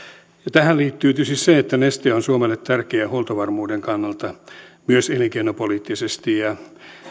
tähän liittyy tietysti se että neste on suomelle tärkeä huoltovarmuuden kannalta myös elinkeinopoliittisesti ja